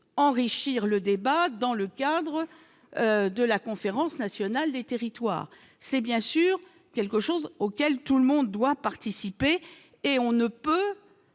enrichir le débat dans le cadre de la conférence nationale des territoires, c'est bien sûr quelque chose auquel tout le monde doit participer et on ne peut